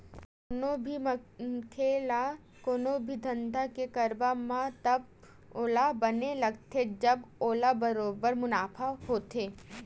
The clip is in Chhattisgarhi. कोनो भी मनखे ल कोनो भी धंधा के करब म तब ओला बने लगथे जब ओला बरोबर मुनाफा होथे